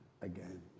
again